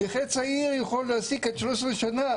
נכה צעיר יכול להעסיק עובד שהיה פה עד 13 שנה,